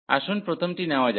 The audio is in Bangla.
আসুন প্রথমটি নেওয়া যাক